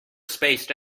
spaced